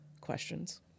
questions